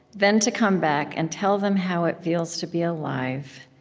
then to come back and tell them how it feels to be alive.